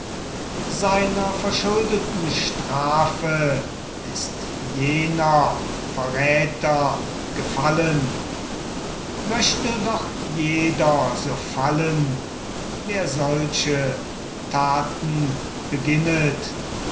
seiner verschuldeten strafe ist jener verräter gefallen möchte doch jeder so fallen wer solche taten beginnet